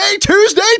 Tuesday